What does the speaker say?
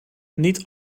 niet